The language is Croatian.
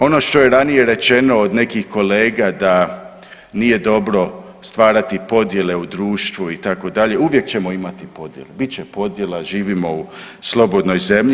Dakle, ono što je ranije rečeno od nekih kolega da nije dobro stvarati podjele u društvu itd., uvijek ćemo imati podjele, bit će podjela, živimo u slobodnoj zemlji.